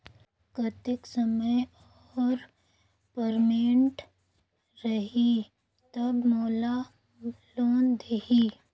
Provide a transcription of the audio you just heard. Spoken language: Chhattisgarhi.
कतेक समय और परसेंट रही तब मोला लोन देही?